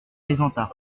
plaisanta